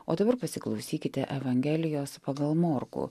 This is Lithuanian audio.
o dabar pasiklausykite evangelijos pagal morkų